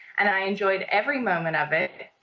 and i enjoyed every moment of it.